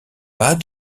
pas